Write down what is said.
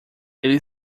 ele